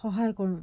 সহায় কৰোঁ